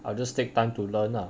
I will just take time to learn lah